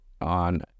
on